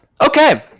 Okay